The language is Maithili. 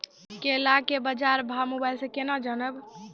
केला के बाजार भाव मोबाइल से के ना जान ब?